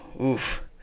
Oof